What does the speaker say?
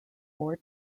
board